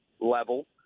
level